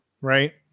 right